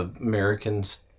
Americans